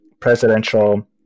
presidential